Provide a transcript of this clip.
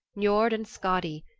niord and skadi,